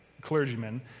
clergymen